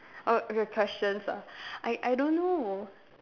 oh the questions ah I I don't know